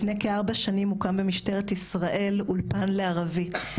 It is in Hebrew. לפני כארבע שנים הוקם במשטרת ישראל אולפן לערבית,